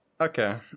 Okay